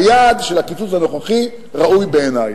היעד של הקיצוץ הנוכחי ראוי בעיני.